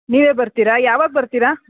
ನೀವೇ ಬರ್ತೀರಾ ಯಾವಾಗ ಬರ್ತೀರಾ